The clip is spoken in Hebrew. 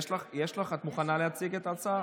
את מוכנה להציג את ההצעה?